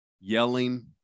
yelling